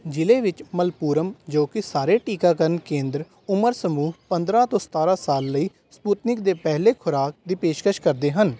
ਜ਼ਿਲ੍ਹੇ ਵਿੱਚ ਮਲਪੁਰਮ ਜੋ ਕਿ ਸਾਰੇ ਟੀਕਾਕਰਨ ਕੇਂਦਰ ਉਮਰ ਸਮੂਹ ਪੰਦਰ੍ਹਾਂ ਤੋਂ ਸਤਾਰ੍ਹਾਂ ਸਾਲ ਲਈ ਸਪੁਤਨਿਕ ਦੇ ਪਹਿਲੀ ਖੁਰਾਕ ਦੀ ਪੇਸ਼ਕਸ਼ ਕਰਦੇ ਹਨ